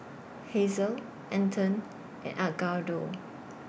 Hazelle Anton and Edgardo